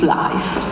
life